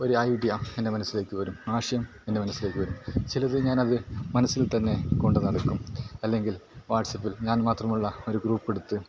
ഒരു ഐഡിയ എൻ്റെ മനസ്സിലേക്ക് വരും ആശയം എൻ്റെ മനസ്സിലേക്ക് വരും ചിലത് ഞാനത് മനസ്സിൽ തന്നെ കൊണ്ട് നടക്കും അല്ലെങ്കിൽ വാട്സ്പ്പിൽ ഞാൻ മാത്രമുള്ള ഒരു ഗ്രൂപ്പെടുത്ത്